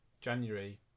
January